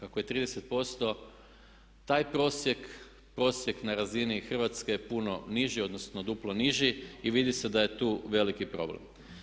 Ako je 30% taj prosjek, prosjek nerazvijene Hrvatske je puno niži odnosno duplo niži i vidi se da je tu veliki problem.